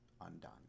undone